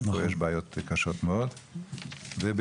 יש בעיות קשות מאוד ובעיקר,